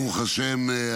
ברוך השם,